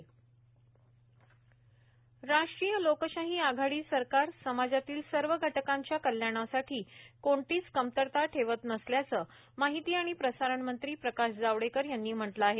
रा ट्रीय लोकशाही आघाडी सरकार समाजातील सर्व घटकांच्या कल्याणासाठी कोणतीच कमतरता ठेवत नसलयाचं माहिती आणि प्रसारणमंत्री प्रकाश जावडेकर यांनी म्हटलं आहे